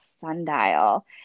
sundial